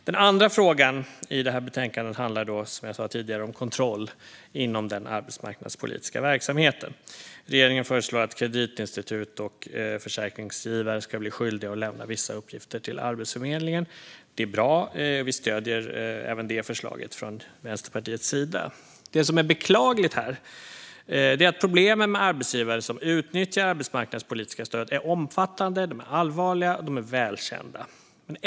Den andra frågan i det här betänkandet handlar, som jag sa tidigare, om kontroll inom den arbetsmarknadspolitiska verksamheten. Regeringen föreslår att kreditinstitut och försäkringsgivare ska bli skyldiga att lämna vissa uppgifter till Arbetsförmedlingen. Det är bra. Från Vänsterpartiets sida stöder vi även det förslaget. Det som är beklagligt här är att problemen med arbetsgivare som utnyttjar arbetsmarknadspolitiska stöd är omfattande, allvarliga och välkända.